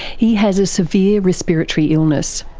he has a severe respiratory illness.